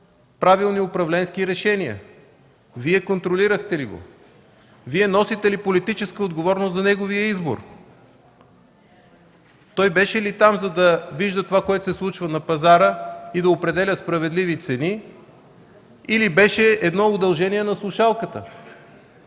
правилни управленски решения? Вие контролирахте ли го? Носите ли политическа отговорност за неговия избор? Той беше ли там, за да вижда това, което се случва на пазара и да определя справедливи цени или беше едно удължение на слушалката,